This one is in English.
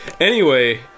Anyway-